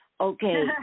Okay